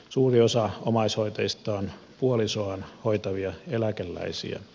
suuri osa omaishoitajista on puolisoaan hoitavia eläkeläisiä